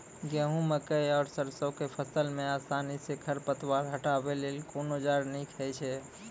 गेहूँ, मकई आर सरसो के फसल मे आसानी सॅ खर पतवार हटावै लेल कून औजार नीक है छै?